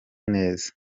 neza